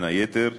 בין היתר,